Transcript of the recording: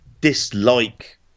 dislike